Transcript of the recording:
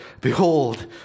behold